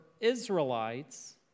israelites